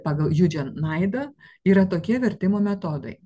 pagal judžen naidą yra tokie vertimo metodai